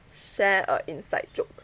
share a inside joke